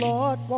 Lord